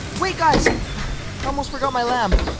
wait, guys! i almost forgot my lamp.